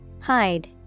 Hide